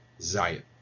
Zion